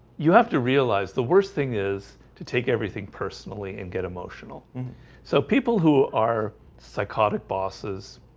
you have to realize the worst thing is to take everything personally and get emotional so people who are psychotic bosses